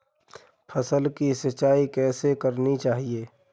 फसल की सिंचाई कैसे करनी चाहिए?